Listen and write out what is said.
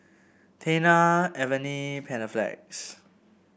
Tena Avene Panaflex